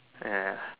ya